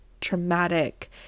traumatic